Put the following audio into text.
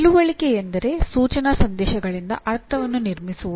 ತಿಳುವಳಿಕೆ ಎಂದರೆ ಸೂಚನಾ ಸಂದೇಶಗಳಿಂದ ಅರ್ಥವನ್ನು ನಿರ್ಮಿಸುವುದು